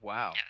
Wow